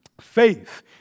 Faith